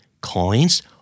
coins